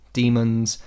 demons